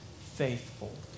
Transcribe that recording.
faithful